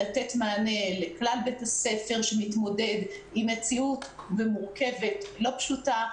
לתת מענה לכלל בית הספר שמתמודד עם מציאות מורכבת ולא פשוטה.